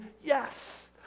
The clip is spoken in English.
yes